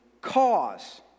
cause